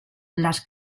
las